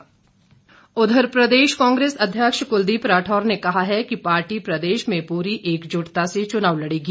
चुनाव प्रचार प्रदेश कांग्रेस अध्यक्ष क्लदीप राठौर ने कहा है कि पार्टी प्रदेश में पूरी एकजुटता से चुनाव लड़ेगी